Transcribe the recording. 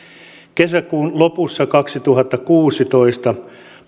kesäkuun lopussa kaksituhattakuusitoista